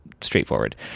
straightforward